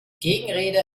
gegenrede